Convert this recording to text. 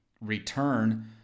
return